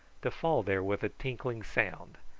to fall there with a tinkling sound,